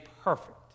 perfect